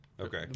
Okay